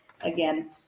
again